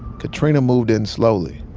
katrina moved in slowly.